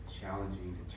challenging